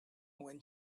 when